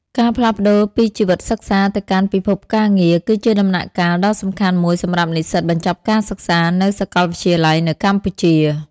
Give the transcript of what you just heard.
ការផ្លាស់ប្តូរពីជីវិតសិក្សាទៅកាន់ពិភពការងារ គឺជាដំណាក់កាលដ៏សំខាន់មួយសម្រាប់និស្សិតបញ្ចប់ការសិក្សានៅសាកលវិទ្យាល័យនៅកម្ពុជា។